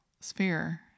sphere